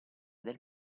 nel